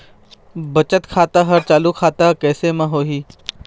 बचत खाता हर चालू खाता कैसे म होही?